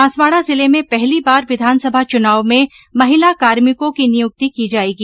बांसवाड़ा जिले में पहली बार विधानसभा चुनाव में महिला कार्मिकों की नियुक्ति की जाएगी